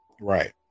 Right